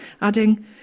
adding